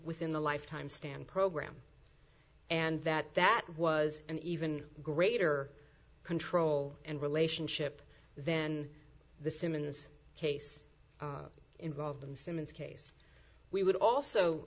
within the lifetime stan program and that that was an even greater control and relationship then the simmons case involving the simmons case we would also